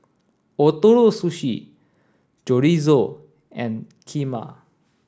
Ootoro Sushi Chorizo and Kheema